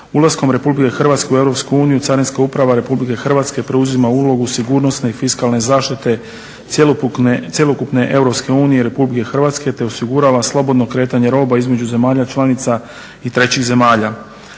Ulaskom RH u EU Carinska uprava RH preuzima ulogu sigurnosne i fiskalne zaštite cjelokupne EU i RH te osigurava slobodno kretanje roba između zemalja članica i trećih zemalja.